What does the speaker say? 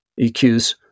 EQs